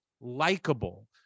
likable